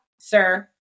sir